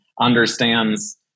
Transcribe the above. understands